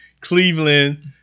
Cleveland